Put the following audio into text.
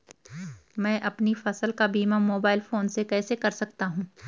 मैं अपनी फसल का बीमा मोबाइल फोन से कैसे कर सकता हूँ?